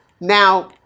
now